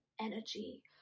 energy